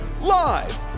live